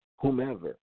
whomever